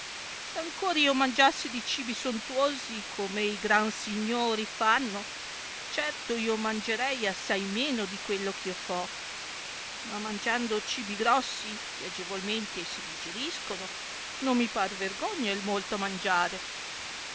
s ancor io mangiasse di cibi sontuosi come i gran signori fanno certo ia mangerei assai meno di quello ch'io fo ma mangianda cibi grossi che agevolmente si digeriscono non mi par vergogna il molto mangiare